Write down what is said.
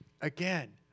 again